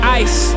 ice